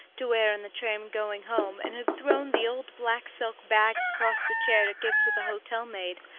to wear in the train going home, and had thrown the old black silk bag across the chair to give to the hotel maid,